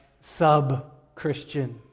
sub-Christian